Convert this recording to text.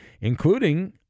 including